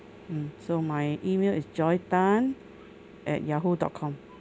mm so my email is joy tan at yahoo dot com